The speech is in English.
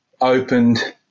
opened